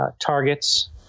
targets